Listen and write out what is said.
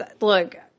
look